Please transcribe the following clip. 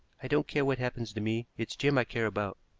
i don't care what happens to me it's jim i care about.